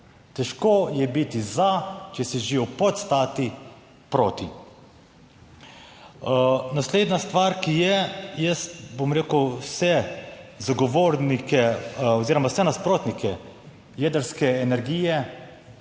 Težko je biti za, če si že v podstati proti. Naslednja stvar, ki je, jaz, bom rekel, vse zagovornike oziroma vse nasprotnike jedrske energije